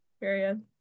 Period